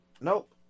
nope